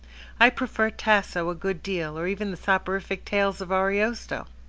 i prefer tasso a good deal, or even the soporific tales of ariosto.